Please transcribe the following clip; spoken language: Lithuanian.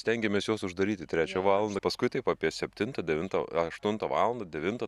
stengiamės juos uždaryti trečią valandą paskui taip apie septintą devintą aštuntą valandą devintą